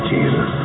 Jesus